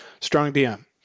StrongDM